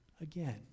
again